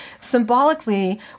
symbolically